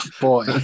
boy